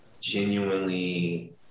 genuinely